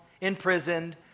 imprisoned